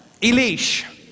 Elish